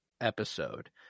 episode